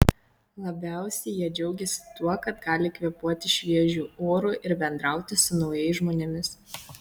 labiausiai jie džiaugėsi tuo kad gali kvėpuoti šviežiu oru ir bendrauti su naujais žmonėmis